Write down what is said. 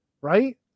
Right